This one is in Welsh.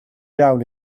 iawn